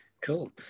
Cool